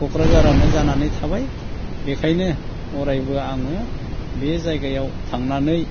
क'क्राझारआनो जानानै थाबाय बेखायनो अरायबो आङो बे जायगायाव थांनानै